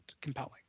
compelling